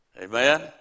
Amen